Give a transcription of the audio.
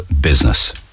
business